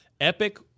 Epic